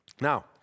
Now